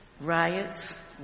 riots